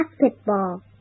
basketball